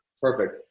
Perfect